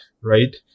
right